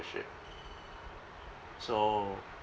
so